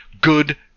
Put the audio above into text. good